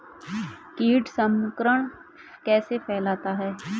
कीट संक्रमण कैसे फैलता है?